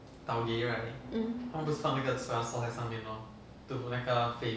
mm